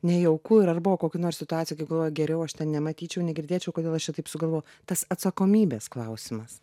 nejauku ir ar buvo kokių nors situacijų kai galvojo geriau aš ten nematyčiau negirdėčiau kodėl aš čia taip sugalvojau tas atsakomybės klausimas